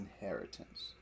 inheritance